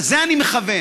לזה אני מכוון.